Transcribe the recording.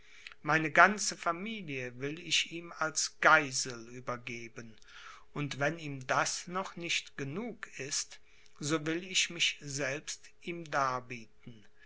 meine ganze familie will ich ihm als geißel übergeben und wenn ihm das noch nicht genug ist so will ich mich selbst ihm darbieten